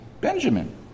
Benjamin